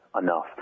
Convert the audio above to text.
enough